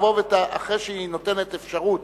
אחרי שהיא נותנת אפשרות